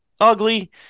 ugly